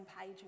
page